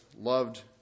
loved